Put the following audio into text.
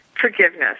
forgiveness